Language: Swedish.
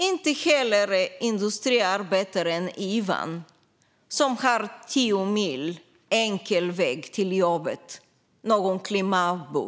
Inte heller är industriarbetaren Ivan, som har tio mil enkel väg till jobbet, någon klimatbov.